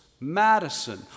Madison